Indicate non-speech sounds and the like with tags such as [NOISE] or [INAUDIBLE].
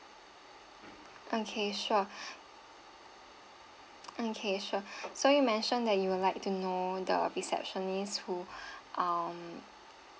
okay sure [BREATH] okay sure so you mentioned that you would like to know the receptionists who um